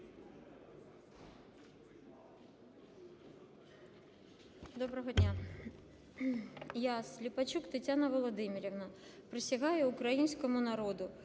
Доброго дня! Я, Сліпачук Тетяна Володимирівна, присягаю українському народу